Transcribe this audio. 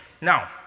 Now